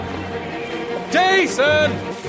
Jason